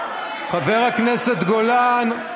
חבר הכנסת גולן,